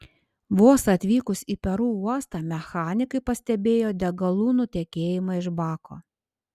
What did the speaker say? vos atvykus į peru uostą mechanikai pastebėjo degalų nutekėjimą iš bako